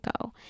go